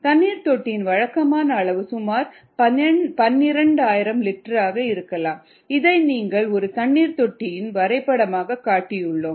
தண்ணீர் தொட்டியின் வழக்கமான அளவு சுமார் 12000 லிட்டராக இருக்கும் இதை இங்கே ஒரு தண்ணீர் தொட்டியின் வரைபடமாக காட்டியுள்ளோம்